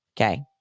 Okay